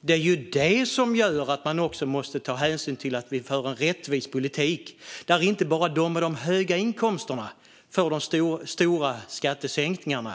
Det är ju det som gör att man också måste se till att föra en rättvis politik där inte bara de med höga inkomster får stora skattesänkningar. Man